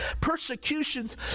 Persecutions